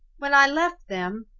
when i left them,